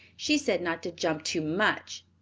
she said not to jump too much.